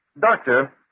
Doctor